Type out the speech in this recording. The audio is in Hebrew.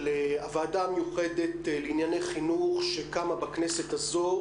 הוועדה המיוחדת לענייני חינוך שקמה בכנסת הזו,